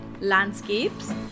landscapes